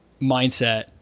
mindset